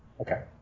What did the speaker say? Okay